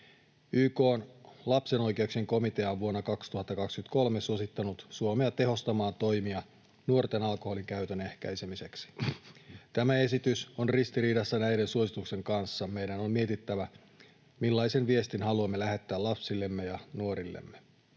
YK:n lapsen oikeuksien komitea on vuonna 2023 suosittanut Suomea tehostamaan toimia nuorten alkoholinkäytön ehkäisemiseksi. Tämä esitys on ristiriidassa näiden suositusten kanssa. Meidän on mietittävä, millaisen viestin haluamme lähettää lapsillemme ja nuorillemme.